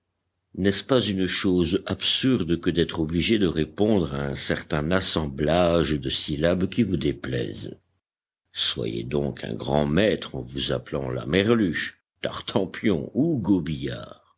n'est-ce pas une chose absurde que d'être obligé de répondre à un certain assemblage de syllabes qui vous déplaisent soyez donc un grand maître en vous appelant lamerluche tartempion ou